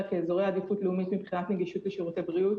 כאזורי עדיפות לאומית מבחינת נגישות לשירותי בריאות.